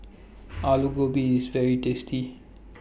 Aloo Gobi IS very tasty